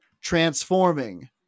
transforming